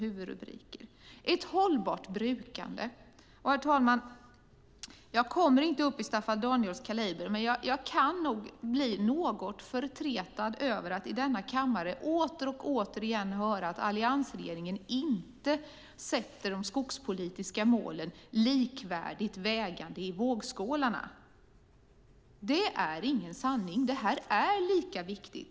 Den första handlar om ett hållbart brukande. Jag kommer inte upp i Staffan Danielssons kaliber, herr talman, men jag kan nog bli något förtretad över att i denna kammare åter och återigen höra att alliansregeringen inte sätter de skogspolitiska målen likvärdigt vägande i vågskålarna. Det är inte sanning. Det här är lika viktigt.